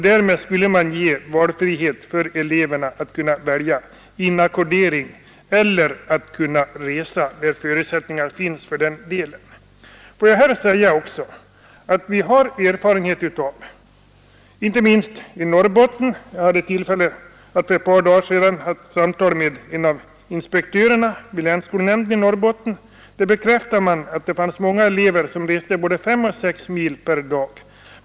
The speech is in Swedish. Därmed får eleverna frihet att välja mellan att bo inackorderade eller att resa mellan hemmet och skolan om möjlighet därtill finns. Vi har också fått del av erfarenheter av detta inte minst från Norrbotten. Jag hade för ett par dagar sedan tillfälle att samtala med en av inspektörerna vid länskolnämnden i Norrbotten. Där bekräftar man att det finns många elever som reser både fem och sex mil per dag.